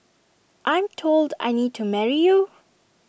I'm told I need to marry you